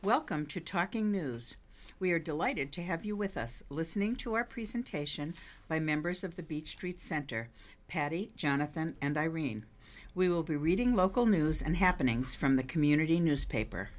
welcome to talking news we're delighted to have you with us listening to our presentation by members of the beech street center patty jonathan and irene we will be reading local news and happenings from the community newspaper